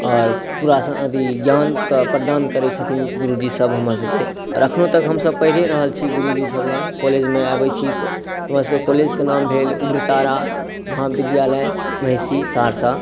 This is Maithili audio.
आओर पूरा अथी ज्ञान प्रदान करै छथिन गुरुजीसभ हमरासभके आओर अखनहुँ तक हमसभ पढ़ै रहल छी गुरुजीसभ लगमे कॉलेजमे अबै छी हमरसभके कॉलेजके नाम भेल उग्रतारा महाविद्यालय महिषी सहरसा